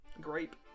Grape